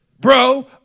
bro